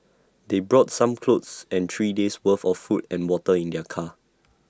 they brought some clothes and three days' worth of food and water in their car